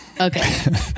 Okay